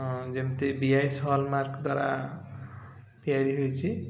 ହଁ ଯେମିତି B S hallmark ଦ୍ୱାରା ତିଆରି ହୋଇଛି